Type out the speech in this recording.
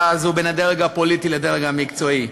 הזאת בין הדרג הפוליטי לדרג המקצועי.